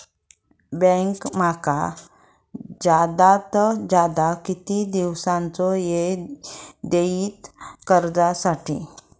Bank माका जादात जादा किती दिवसाचो येळ देयीत कर्जासाठी?